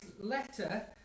letter